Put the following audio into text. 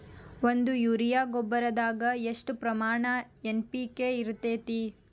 ಒಂದು ಯೂರಿಯಾ ಗೊಬ್ಬರದಾಗ್ ಎಷ್ಟ ಪ್ರಮಾಣ ಎನ್.ಪಿ.ಕೆ ಇರತೇತಿ?